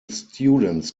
students